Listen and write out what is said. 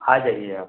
आजाइए आप